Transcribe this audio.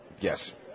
Yes